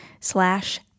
slash